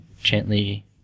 gently